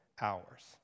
hours